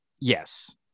yes